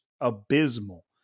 abysmal